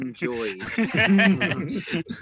enjoy